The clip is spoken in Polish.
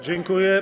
Dziękuję.